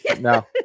No